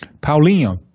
Paulinho